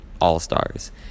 all-stars